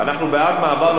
לא, אנחנו בעד מעבר,